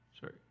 sorry